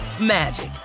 magic